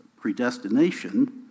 predestination